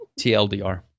TLDR